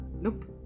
Nope